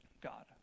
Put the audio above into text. God